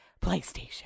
PlayStation